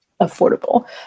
affordable